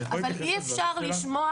אי אפשר לשמוע